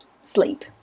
sleep